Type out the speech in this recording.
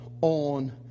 on